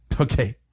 okay